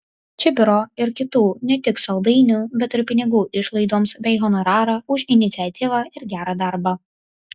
čibiro ir kitų ne tik saldainių bet ir pinigų išlaidoms bei honorarą už iniciatyvą ir gerą darbą